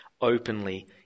openly